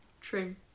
True